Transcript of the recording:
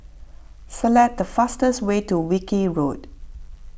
select the fastest way to Wilkie Road